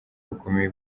bukomeye